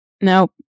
Nope